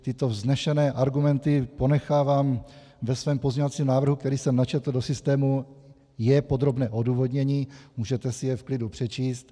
Tyto vznešené argumenty ponechávám ve svém pozměňovacím návrhu, který jsem načetl do systému, a je v něm podrobné odůvodnění, můžete si jej v klidu přečíst.